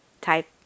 type